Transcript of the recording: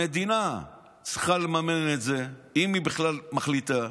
המדינה צריכה לממן את זה, אם היא בכלל מחליטה.